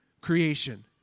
creation